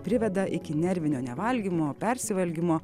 priveda iki nervinio nevalgymo persivalgymo